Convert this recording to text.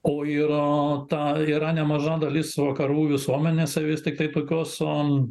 o yra ta yra nemaža dalis vakarų visuomenėse vis tiktai tokios om